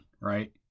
right